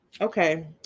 Okay